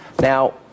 Now